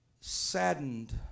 saddened